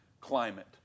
climate